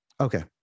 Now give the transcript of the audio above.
okay